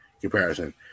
comparison